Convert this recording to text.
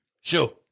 Sure